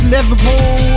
Liverpool